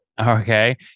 Okay